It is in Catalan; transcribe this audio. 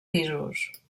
pisos